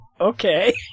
okay